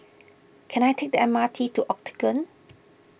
can I take the M R T to Octagon